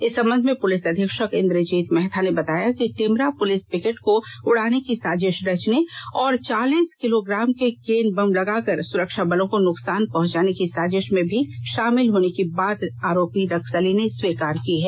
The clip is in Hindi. इस संबंध में पुलिस अधीक्षक इंद्रजीत महथा ने बताया कि टिमरा पुलिस पिकेट को उड़ाने की साजिश रचने और चालीस किलोग्राम के केन बम लगाकर सुरक्षाबलों को नुकसान पहुंचाने की साजिश में भी शामिल होने की बात आरोपी नक्सली ने स्वीकार की है